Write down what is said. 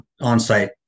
on-site